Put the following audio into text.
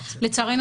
לצערנו,